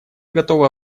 готова